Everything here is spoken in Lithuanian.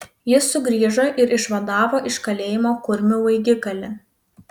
jis sugrįžo ir išvadavo iš kalėjimo kurmių vaikigalį